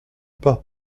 pas